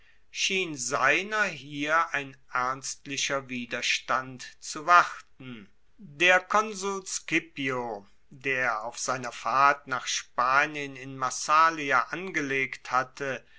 schien seiner hier ein ernstlicher widerstand zu warten der konsul scipio der auf seiner fahrt nach spanien in massalia angelegt hatte